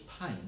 pain